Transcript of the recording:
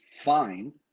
fine